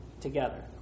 together